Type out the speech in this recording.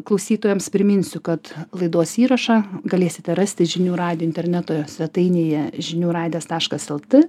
klausytojams priminsiu kad laidos įrašą galėsite rasti žinių radijo interneto svetainėje žinių radijas taškas lt